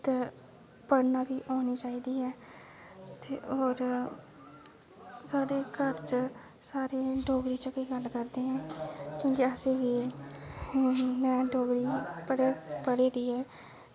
ते पढ़ना बी औनी चाहिदी ऐ होर ते साढ़े घर च सारे गै डोगरी च गल्ल करदे न क्योंकि उनें डोगरी पढ़ी दी ऐ